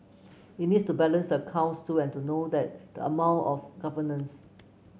he needs to balance the accounts too and to know that the mall of governance